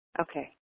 Okay